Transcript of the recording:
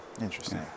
interesting